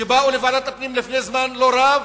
שבאו לוועדת הפנים לפני זמן לא רב,